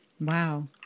Wow